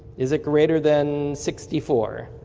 is it greater than sixty four?